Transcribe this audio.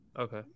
Okay